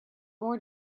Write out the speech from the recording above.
more